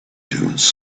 dunes